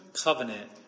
covenant